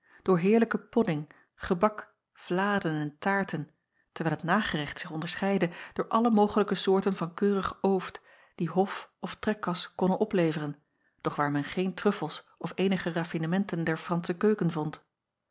door heerlijke podding gebak vladen en taarten terwijl het nagerecht zich onderscheidde door alle mogelijke soorten van keurig ooft die hof of trekkas konnen opleveren doch waar men geen truffels of eenige raffinementen der ransche keuken vond